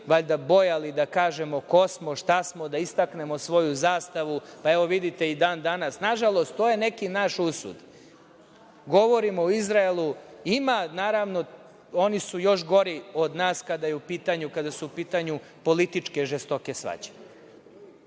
valjda bojali da kažemo ko smo, šta smo, da istaknemo svoju zastavu. Pa, evo, vidite, i dan danas, nažalost, to je neki naš usud. Govorimo o Izraelu. Ima, naravno, oni su još gori od nas, kada su u pitanju političke žestoke svađe,